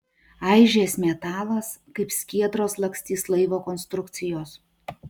aižės metalas kaip skiedros lakstys laivo konstrukcijos